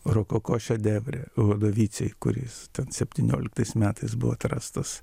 rokoko šedevre vadovycioj kuris septynioliktais metais buvo atrastas